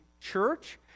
church